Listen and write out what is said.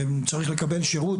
שצריך לקבל שירות,